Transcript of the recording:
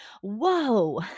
Whoa